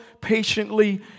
patiently